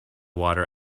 water